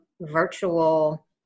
virtual